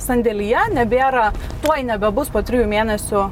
sandėlyje nebėra tuoj nebebus po trijų mėnesių